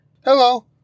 Hello